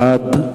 בעד,